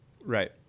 Right